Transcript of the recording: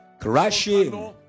crushing